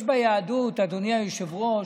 יש ביהדות, אדוני היושב-ראש,